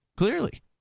Clearly